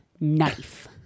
knife